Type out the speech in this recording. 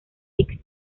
zig